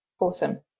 Awesome